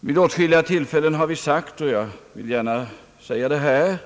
Vid åtskilliga tillfällen har vi förklarat, och jag vill gärna upprepa det här,